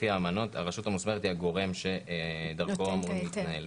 הרשות המוסמכת היא הגורם דרכו זה אמור להתנהל.